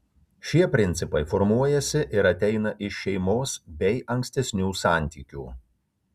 šie principai formuojasi ir ateina iš šeimos bei ankstesnių santykių